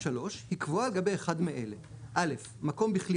היא קבועה על גבי אחד מאלה: מקום בכלי